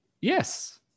Yes